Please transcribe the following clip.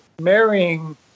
marrying